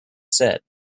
set